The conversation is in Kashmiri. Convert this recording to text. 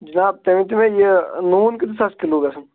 جِناب تُہۍ ؤنتو مےٚ یہِ نوٗن کۭتس حَظ کِلو گژھان